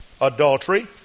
adultery